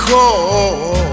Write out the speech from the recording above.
Cold